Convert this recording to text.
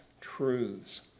truths